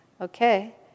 Okay